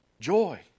joy